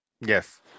Yes